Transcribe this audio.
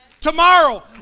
Tomorrow